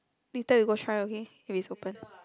later we go try okay if it's open